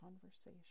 conversation